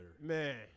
Man